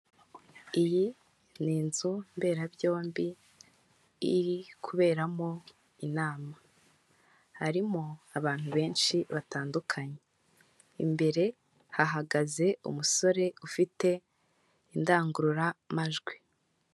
Iyi ni inzu mberabyombi iri kuberamo inama, harimo abantu benshi batandukanye, imbere hahagaze umusore ufite indangururamajwi.